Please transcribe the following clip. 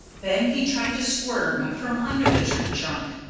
then he tried to squirm from under the tree-trunk.